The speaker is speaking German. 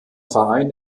verein